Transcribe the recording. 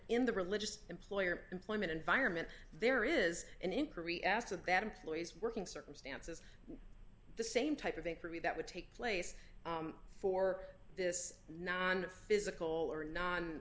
in the religious employer employment environment there is an inquiry asked of bad employees working circumstances the same type of thing for me that would take place for this non physical or non